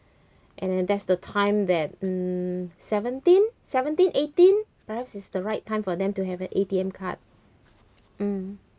and then that's the time that mm seventeen seventeen eighteen perhaps is the right time for them to have an A_T_M card mm